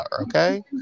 Okay